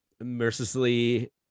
mercilessly